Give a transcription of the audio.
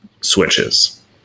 switches